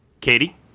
Katie